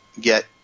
get